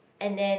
and then